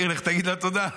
לך תגיד לה תודה.